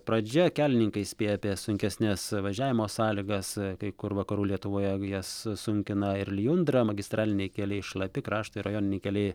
pradžia kelininkai įspėja apie sunkesnes važiavimo sąlygas kai kur vakarų lietuvoje jas sunkina ir lijundra magistraliniai keliai šlapi krašto ir rajoniniai keliai